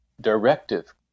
directive